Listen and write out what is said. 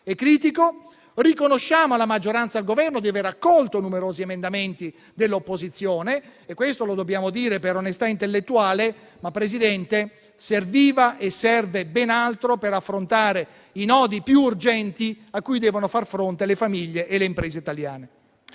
è critico. Riconosciamo alla maggioranza e al Governo di aver accolto numerosi emendamenti dell'opposizione e questo lo dobbiamo dire per onestà intellettuale. Tuttavia, Presidente, serviva e serve ben altro per affrontare i nodi più urgenti a cui devono far fronte le famiglie e le imprese italiane.